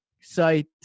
site